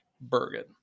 Bergen